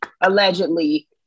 allegedly